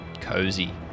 Cozy